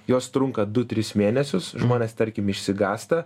jos trunka du tris mėnesius žmonės tarkim išsigąsta